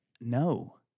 No